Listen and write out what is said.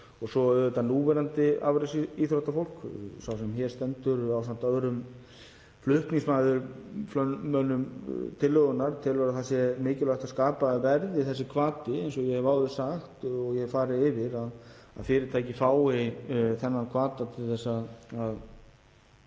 og svo auðvitað núverandi afreksíþróttafólk. Sá sem hér stendur, ásamt öðrum flutningsmönnum tillögunnar, telur að það sé mikilvægt að skapaður verði þessi hvati, eins og ég hef áður sagt og hef farið yfir, að fyrirtæki fái þennan hvata til að